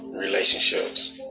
Relationships